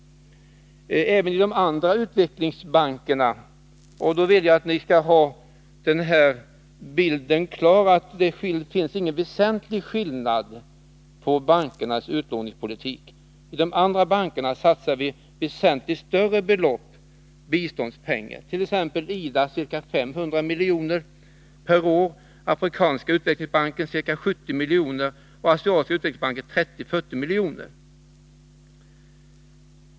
Även i de andra utvecklingsbankerna satsar vi betydligt större belopp biståndspengar. Jag vill att ni i detta sammanhang skall ha det klart för er att det inte finns någon väsentlig skillnad i bankernas utlåningspolitik. I IDA satsar vi ca 500 milj.kr. per år, i Afrikanska utvecklingsbanken ca 70 milj.kr. och i Asiatiska utvecklingsbanken 30-40 milj.kr.